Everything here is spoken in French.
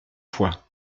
fois